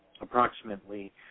approximately